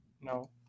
No